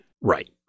Right